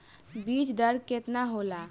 बीज दर केतना होला?